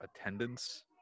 attendance